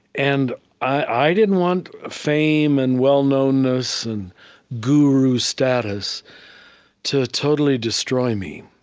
and i didn't want fame and well-knownness and guru status to totally destroy me,